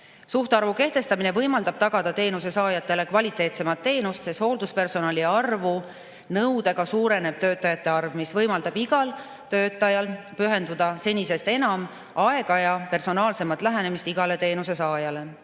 Suhtarvu kehtestamine võimaldab tagada teenusesaajatele kvaliteetsemat teenust, sest hoolduspersonali arvu nõude tõttu suureneb töötajate arv, mis võimaldab igal töötajal pühendada senisest enam aega igale teenusesaajale